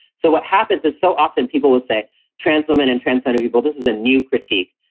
so what happens is so often people will say trans women and transgender people. this is a new critique.